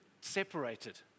separated